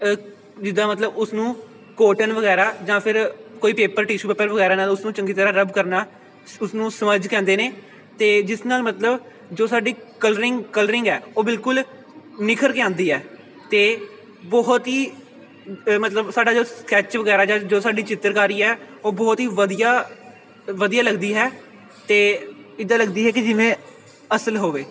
ਜਿੱਦਾਂ ਮਤਲਬ ਉਸਨੂੰ ਕੋਟਨ ਵਗੈਰਾ ਜਾਂ ਫਿਰ ਕੋਈ ਪੇਪਰ ਟਿਸ਼ੂ ਪੇਪਰ ਵਗੈਰਾ ਨਾਲ ਉਸਨੂੰ ਚੰਗੀ ਤਰ੍ਹਾਂ ਰਬ ਕਰਨਾ ਉਸਨੂੰ ਸਪੰਜ ਕਹਿੰਦੇ ਨੇ ਅਤੇ ਜਿਸ ਨਾਲ ਮਤਲਬ ਜੋ ਸਾਡੀ ਕਲਰਿੰਗ ਕਲਰਿੰਗ ਹੈ ਉਹ ਬਿਲਕੁਲ ਨਿਖਰ ਕੇ ਆਉਂਦੀ ਹੈ ਅਤੇ ਬਹੁਤ ਹੀ ਮਤਲਬ ਸਾਡਾ ਜੋ ਸਕੈਚ ਵਗੈਰਾ ਜਾਂ ਜੋ ਸਾਡੀ ਚਿੱਤਰਕਾਰੀ ਹੈ ਉਹ ਬਹੁਤ ਹੀ ਵਧੀਆ ਵਧੀਆ ਲੱਗਦੀ ਹੈ ਅਤੇ ਇੱਦਾਂ ਲੱਗਦੀ ਹੈ ਕਿ ਜਿਵੇਂ ਅਸਲ ਹੋਵੇ